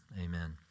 Amen